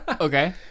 Okay